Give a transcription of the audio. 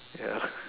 ya